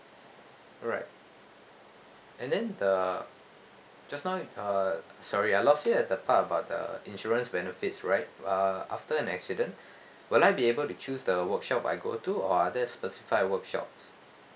alright and then the just now uh sorry ah I lost you at the part about the insurance benefits right uh after an accident will I be able to choose the workshop I go to or are there specified workshops